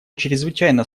чрезвычайно